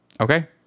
Okay